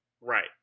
Right